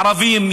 ערבים,